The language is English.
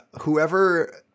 Whoever